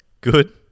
good